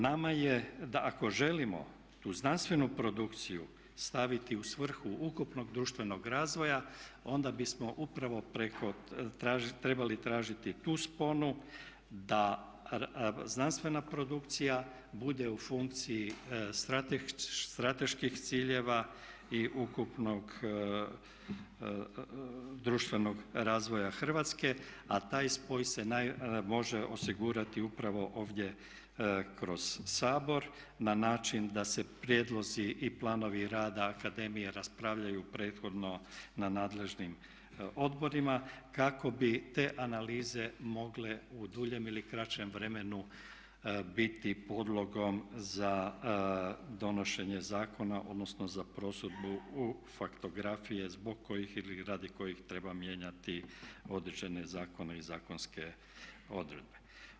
Nama je, ako želimo tu znanstvenu produkciju staviti u svrhu ukupnog društvenog razvoja onda bismo upravo preko, trebali tražiti tu sponu da znanstvena produkcija bude u funkciji strateških ciljeva i ukupnog društvenog razvoja Hrvatske, a taj spoj se može osigurati upravo ovdje kroz Sabor na način da se prijedlozi i planovi rada akademije raspravljaju prethodno na nadležnim odborima kako bi te analize mogle u duljem ili kraćem vremenu biti podlogom za donošenje zakona, odnosno za prosudbu u faktografije zbog kojih ili radi kojih treba mijenjati određene zakone i zakonske odredbe.